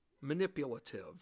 Manipulative